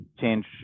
change